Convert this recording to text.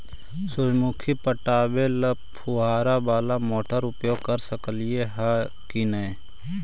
सुरजमुखी पटावे ल फुबारा बाला मोटर उपयोग कर सकली हे की न?